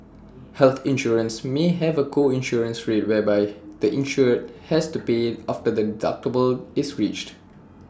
health insurance may have A co insurance rate whereby the insured has to pay after the deductible is reached